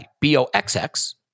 B-O-X-X